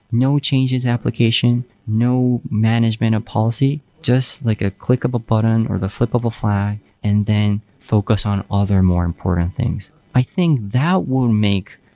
no change into application, no management policy, just like a clickable button or the flippable flag and then focus on other more important things. i think that will make,